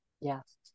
Yes